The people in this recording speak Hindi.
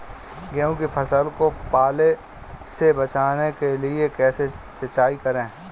गेहूँ की फसल को पाले से बचाने के लिए कैसे सिंचाई करें?